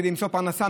כדי למצוא פרנסה,